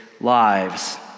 lives